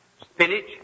spinach